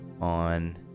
on